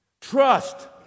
Trust